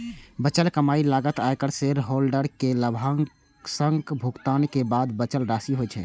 बचल कमाइ लागत, आयकर, शेयरहोल्डर कें लाभांशक भुगतान के बाद बचल राशि होइ छै